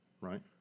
right